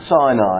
Sinai